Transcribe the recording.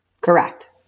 Correct